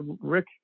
Rick